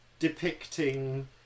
depicting